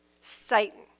Satan